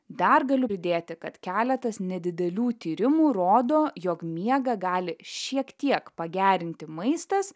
dar galiu pridėti kad keletas nedidelių tyrimų rodo jog miegą gali šiek tiek pagerinti maistas